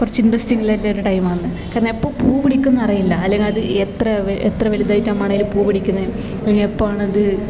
കുറച്ച് ഇൻട്രസ്റ്റിംഗ് ഉള്ള ടൈമാന്ന് കാരണം എപ്പ പൂ പിടിക്കുന്നു അറിയില്ല അല്ലങ്കിൽ അത് എത്ര എത്ര വലുതായിട്ടാമാണേൽ പൂ പിടിക്കുന്നേ അത് എപ്പാണത്